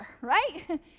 right